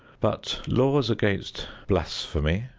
but laws against blasphemy,